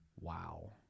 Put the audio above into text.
wow